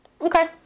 Okay